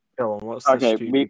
Okay